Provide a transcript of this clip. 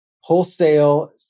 Wholesale